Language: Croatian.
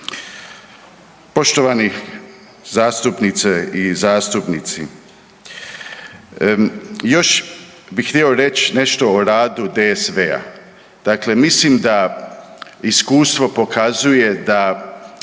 Poštovani zastupnice i zastupnici, još bih htio reć nešto o radu DSV-a. Dakle, mislim da iskustvo pokazuje da